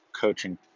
coaching